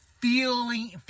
feeling